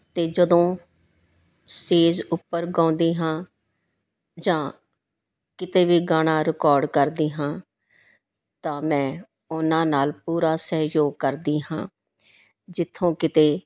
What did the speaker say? ਅਤੇ ਜਦੋਂ ਸਟੇਜ ਉੱਪਰ ਗਾਉਂਦੀ ਹਾਂ ਜਾਂ ਕਿਤੇ ਵੀ ਗਾਣਾ ਰਿਕਾਰਡ ਕਰਦੀ ਹਾਂ ਤਾਂ ਮੈਂ ਉਹਨਾਂ ਨਾਲ ਪੂਰਾ ਸਹਿਯੋਗ ਕਰਦੀ ਹਾਂ ਜਿੱਥੋਂ ਕਿਤੇ